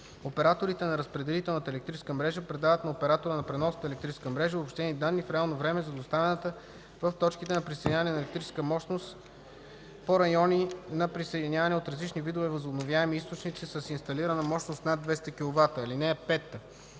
Операторите на разпределителната електрическа мрежа предават на оператора на преносната електрическа мрежа обобщени данни в реално време за доставената в точките на присъединяване на електрическа мощност по райони на присъединяване от различните видове възобновяеми източници с инсталирана мощност над 200 kW.